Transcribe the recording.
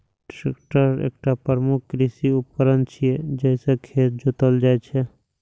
tractor एकटा प्रमुख कृषि उपकरण छियै, जइसे खेत जोतल जाइ छै